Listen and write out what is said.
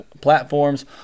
platforms